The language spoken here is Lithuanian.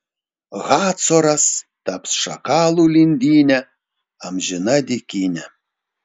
hacoras taps šakalų lindyne amžina dykyne